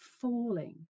falling